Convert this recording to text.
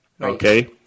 Okay